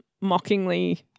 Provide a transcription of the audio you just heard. mockingly